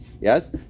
Yes